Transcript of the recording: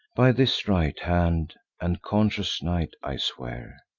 by this right hand and conscious night i swear,